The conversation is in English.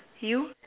you